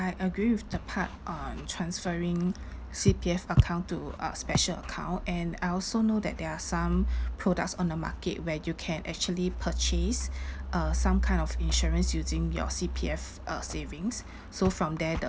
I agree with the part on transferring C_P_F account to uh special account and I also know that there are some products on the market where you can actually purchase uh some kind of insurance using your C_P_F uh savings so from there the